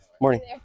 Morning